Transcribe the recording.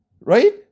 Right